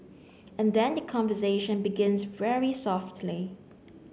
and then the conversation begins very softly